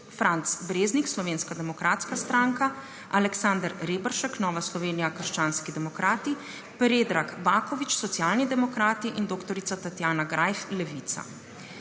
Franc Breznik, Slovenska demokratska stranka, Aleksander Reberšek, Nova Slovenija – krščanski demokrati, Predrag Baković, Socialni demokrati, in dr. Tatjana Greif, Levica.